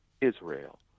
Israel